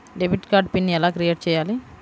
Debit card PIN ఎలా create చెయ్యాలి?